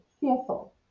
fearful